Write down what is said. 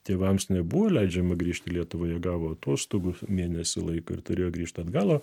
tėvams nebuvo leidžiama grįžt į lietuvą jie gavo atostogų mėnesį laiko ir turėjo grįžt atgal o